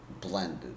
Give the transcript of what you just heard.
blended